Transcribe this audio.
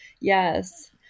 Yes